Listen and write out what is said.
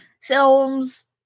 films